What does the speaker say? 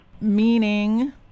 Meaning